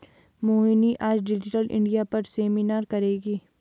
मोहिनी आज digital India पर seminar करेगी